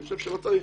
אני חושב שלא צריך